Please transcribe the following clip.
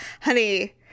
honey